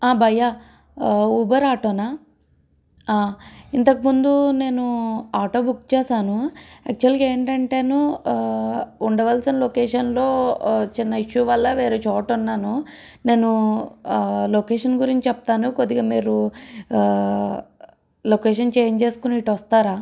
భయ్యా ఉబర్ ఆటోనా ఇంతకుముందు నేను ఆటో బుక్ చేశాను యాక్చువల్గా ఏంటంటే ఉండవలసిన లొకేషన్లో చిన్న ఇష్యూ వల్ల వేరే చోట ఉన్నాను నేను లొకేషన్ గురించి చెప్తాను కొద్దిగా మీరు లొకేషన్ చేంజ్ చేసుకొని ఇటు వస్తారా